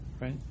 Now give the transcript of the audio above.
right